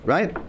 Right